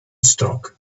stock